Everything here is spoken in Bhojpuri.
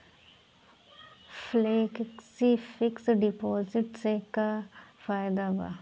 फेलेक्सी फिक्स डिपाँजिट से का फायदा भा?